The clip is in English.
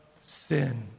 sin